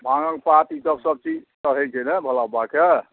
भाङ्गक पात ई सब चीज चढ़ै छै ने भोला बाबाके